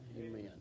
Amen